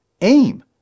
aim